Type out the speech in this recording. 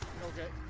will get